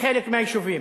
חלק מהיישובים.